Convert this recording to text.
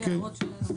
וגם הערות שלנו,